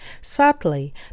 Sadly